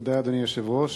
תודה, אדוני היושב-ראש.